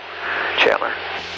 Chandler